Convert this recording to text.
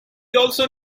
also